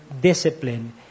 discipline